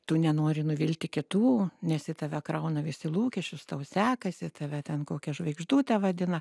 tu nenori nuvilti kitų nes į tave krauna visi lūkesčius tau sekasi tave ten kokia žvaigždute vadina